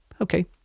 Okay